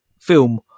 film